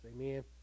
amen